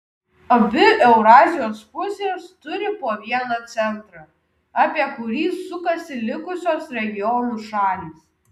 abi eurazijos pusės turi po vieną centrą apie kurį sukasi likusios regionų šalys